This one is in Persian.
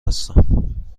هستم